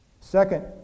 Second